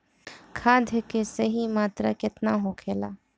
खाद्य के सही मात्रा केतना होखेला?